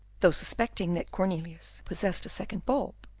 though suspecting that cornelius possessed a second bulb,